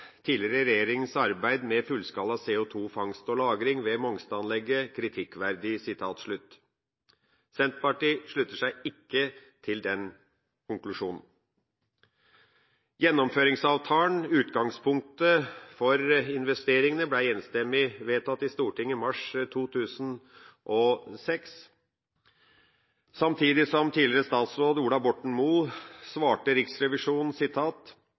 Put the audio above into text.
tidligere regjeringens arbeid med fullskala CO2-fangst og -lagring ved Mongstad-anlegget kritikkverdig». Senterpartiet slutter seg ikke til den konklusjonen. Gjennomføringsavtalen, utgangspunktet for investeringene, ble enstemmig vedtatt i Stortinget mai 2007. Tidligere statsråd Ola Borten Moe svarte Riksrevisjonen: